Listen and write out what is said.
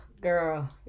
girl